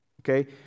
Okay